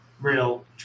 real